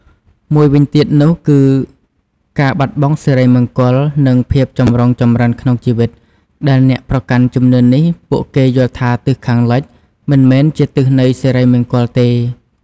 មួយទៀតនោះគឺការបាត់បង់សិរីមង្គល និងភាពចម្រុងចម្រើនក្នុងជីវិត ដែលអ្នកប្រកាន់ជំនឿនេះ ពួកគេយល់ថាទិសខាងលិចមិនមែនជាទិសនៃសិរីមង្គលទេ។